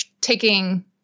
taking